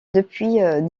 depuis